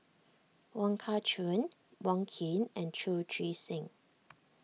Wong Kah Chun Wong Keen and Chu Chee Seng